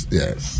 yes